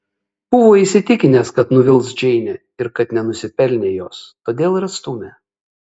buvo įsitikinęs kad nuvils džeinę ir kad nenusipelnė jos todėl ir atstūmė